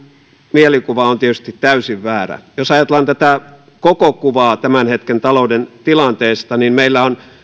mielikuvahan on tietysti täysin väärä jos ajatellaan koko kuvaa tämän hetken talouden tilanteesta niin meillä on